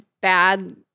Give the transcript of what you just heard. bad